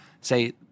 say